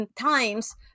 Times